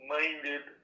minded